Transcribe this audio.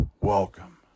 welcome